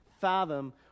fathom